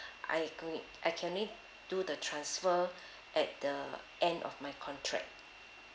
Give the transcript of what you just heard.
I only I can only do the transfer at the end of my contract